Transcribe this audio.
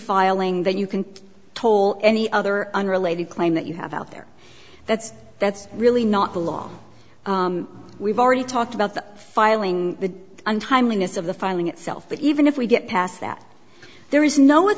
filing that you can told any other unrelated claim that you have out there that's that's really not the law we've already talked about the filing the on timeliness of the filing itself but even if we get past that there is no